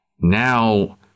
now